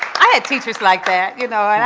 i had teachers like that, you know,